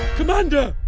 commander!